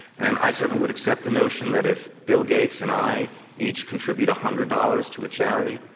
and i certainly would accept the notion that if bill gates and i each contribute a hundred dollars to a charity,